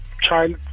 child